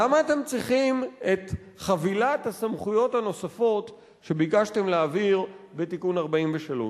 למה אתם צריכים את חבילת הסמכויות הנוספות שביקשתם להעביר בתיקון 43?